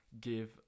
give